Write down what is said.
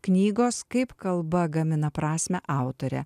knygos kaip kalba gamina prasmę autorė